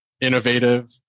innovative